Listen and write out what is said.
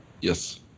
Yes